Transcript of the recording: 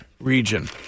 region